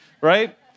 right